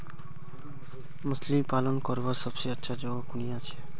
मछली पालन करवार सबसे अच्छा जगह कुनियाँ छे?